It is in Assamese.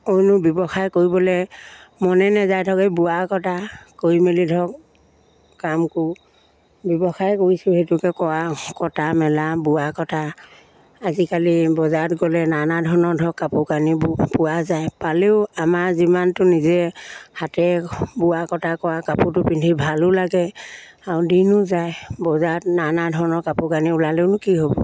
অইনো ব্যৱসায় কৰিবলৈ মনে নেযায় ধৰক এই বোৱা কটা কৰি মেলি ধৰক কাম কৰোঁ ব্যৱসায় কৰিছোঁ সেইটোকে কৰা কটা মেলা বোৱা কটা আজিকালি বজাৰত গ'লে নানা ধৰণৰ ধৰক কাপোৰ কানিবোৰ পোৱা যায় পালেও আমাৰ যিমানটো নিজে হাতে বোৱা কটা কৰা কাপোৰটো পিন্ধি ভালো লাগে আৰু দিনো যায় বজাৰত নানা ধৰণৰ কাপোৰ কানি ওলালেওনো কি হ'ব